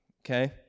okay